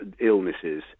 illnesses